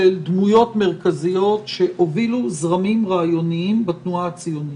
דמויות מרכזיות שהובילו זרמים רעיוניים בתנועה הציונית.